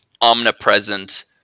omnipresent